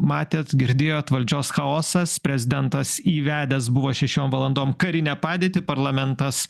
matėt girdėjot valdžios chaosas prezidentas įvedęs buvo šešiom valandom karinę padėtį parlamentas